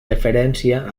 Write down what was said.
referència